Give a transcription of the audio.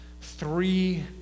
three